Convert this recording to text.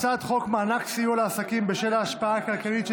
הצעת חוק מענק סיוע לעסקים בשל ההשפעה הכלכלית של